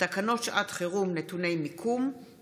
תקנות שעת חירום (נגיף הקורונה החדש,